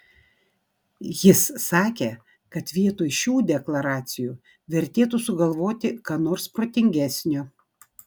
jis sakė kad vietoj šių deklaracijų vertėtų sugalvoti ką nors protingesnio